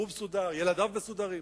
הוא מסודר, ילדיו מסודרים.